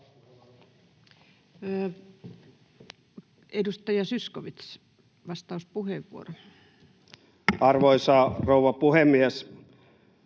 Edustaja Zyskowicz, vastauspuheenvuoro. Arvoisa rouva puhemies!